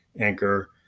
Anchor